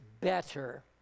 better